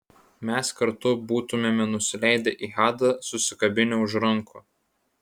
mes kartu būtumėme nusileidę į hadą susikabinę už rankų